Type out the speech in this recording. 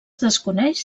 desconeix